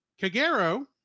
Kagero